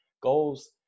goals